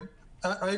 ד"ר יובל ארבל.